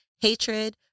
hatred